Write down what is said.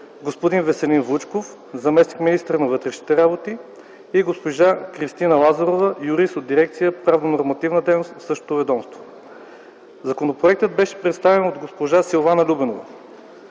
господин Веселин Вучков - заместник-министър на вътрешните работи и госпожа Кристина Лазарова – юрист от Дирекция „Правно-нормативна дейност” в същото ведомство. Законопроектът беше представен от госпожа Силвана Любенова.